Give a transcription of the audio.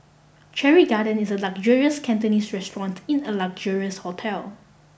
Cherry Garden is a luxurious Cantonese restaurant in a luxurious hotel